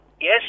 Yes